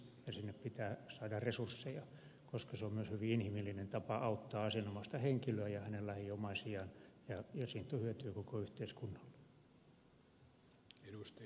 sinne pitää saada resursseja koska se on myös hyvin inhimillinen tapa auttaa asianomaista henkilöä ja hänen lähiomaisiaan ja siitä on hyötyä koko yhteiskunnalle